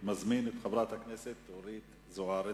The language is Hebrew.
אני מזמין את חברת הכנסת אורית זוארץ,